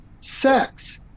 sex